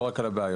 לא רק על הבעיות,